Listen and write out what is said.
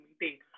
meeting